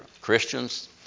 Christians